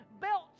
belts